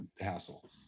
hassle